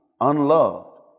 Unloved